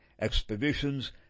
expeditions